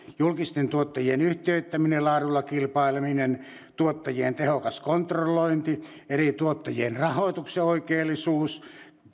julkisten tuottajien yhtiöittäminen laadulla kilpaileminen tuottajien tehokas kontrollointi eri tuottajien rahoituksen oikeellisuus